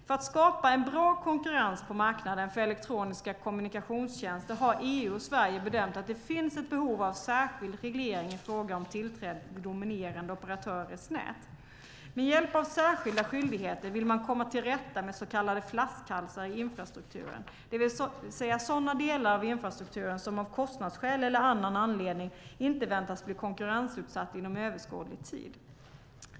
För att skapa en bra konkurrens på marknaden för elektroniska kommunikationstjänster har EU och Sverige bedömt att det finns ett behov av särskild reglering i fråga om tillträde till dominerande operatörers nät. Med hjälp av särskilda skyldigheter vill man komma till rätta med så kallade flaskhalsar i infrastrukturen, det vill säga sådana delar av infrastrukturen som av kostnadsskäl eller annan anledning inte väntas bli konkurrensutsatta inom överskådlig tid.